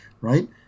Right